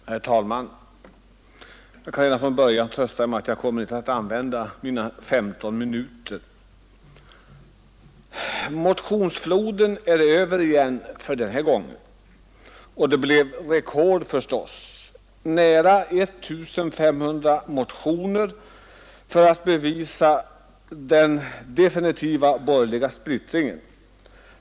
Herr talman! Jag kan redan från början trösta kammaren med att jag inte kommer att använda mina 15 minuter. Motionsfloden är över för denna gång. Och det blev förstås rekord — nära 1 500 motioner för att bevisa den definitiva borgerliga splittringen.